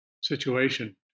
situation